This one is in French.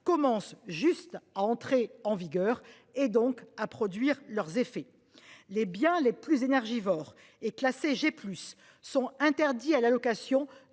commence juste à entrer en vigueur et donc à produire leurs effets. Les biens les plus énergivores et classé j'ai plus sont interdits à la location